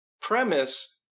premise